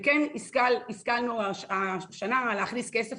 כן השכלנו השנה להכניס כסף,